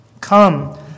Come